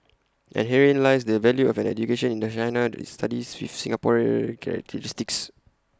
and herein lies the value of an education in China studies with Singapore characteristics